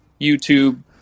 YouTube